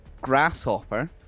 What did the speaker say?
Grasshopper